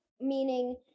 meaning